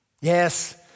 Yes